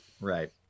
Right